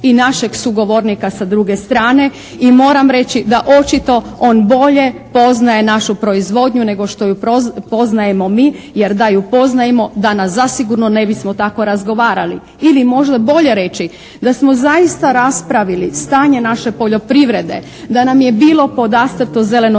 I moram reći da očito on bolje poznaje našu proizvodnju nego što ju poznajemo mi, jer da ju poznajemo danas zasigurno ne bismo tako razgovarali. Ili možda bolje reći da smo zaista raspravili stanje naše poljoprivrede, da nam je bilo podastrto zeleno izvješće,